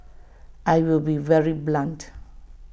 I will be very blunt